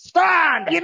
Stand